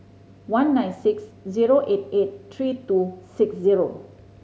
one nine six zero eight eight three two six zero